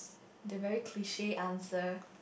the very cliche answer